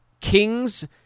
Kings